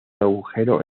agujero